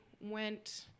went